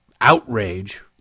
outrage